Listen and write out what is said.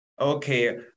Okay